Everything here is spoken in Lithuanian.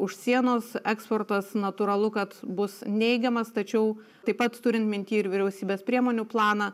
už sienos eksportas natūralu kad bus neigiamas tačiau taip pat turint minty ir vyriausybės priemonių planą